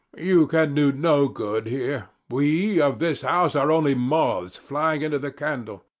you can do no good here. we of this house are only moths flying into the candle.